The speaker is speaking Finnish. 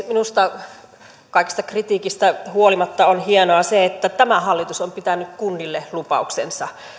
minusta kaikesta kritiikistä huolimatta on hienoa se että tämä hallitus on pitänyt kunnille lupauksensa